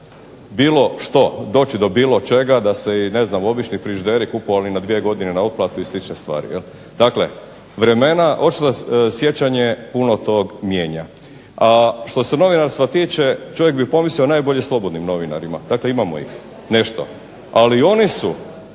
bilo što, doći do bilo čega, da se i ne znam obični frižideri kupovali na dvije godine na otplatu i slične stvari. Dakle, vremena, sjećanje puno tog mijenja. A što se novinarstva tiče čovjek bi pomislio najbolje slobodnim novinarima. Dakle, imamo ih nešto. Ali i oni su